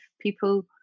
people